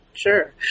Sure